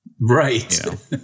Right